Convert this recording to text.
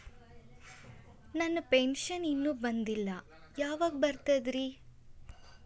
ನನ್ನ ಪೆನ್ಶನ್ ಇನ್ನೂ ಬಂದಿಲ್ಲ ಯಾವಾಗ ಬರ್ತದ್ರಿ?